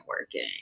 working